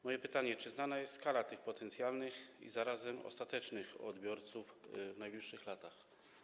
Moje pytanie: Czy znana jest skala tych potencjalnych i zarazem ostatecznych odbiorców w najbliższych latach?